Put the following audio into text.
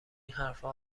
حرفها